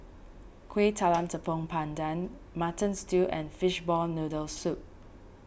Kuih Talam Tepong Pandan Mutton Stew and Fishball Noodle Soup